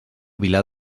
vilar